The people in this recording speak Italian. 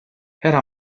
era